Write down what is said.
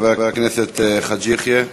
חבר הכנסת חאג' יחיא,